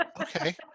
Okay